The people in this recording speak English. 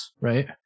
right